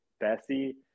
Bessie